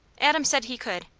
adam said he could.